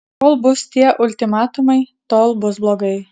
kol bus tie ultimatumai tol bus blogai